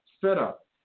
setup